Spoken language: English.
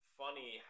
funny